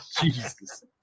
Jesus